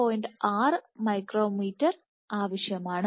6 micrometre ആവശ്യമാണ്